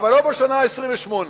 אבל לא בשנה ה-28.